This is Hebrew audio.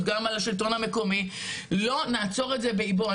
גם על השלטון המקומי לא נעצור את זה באיבו,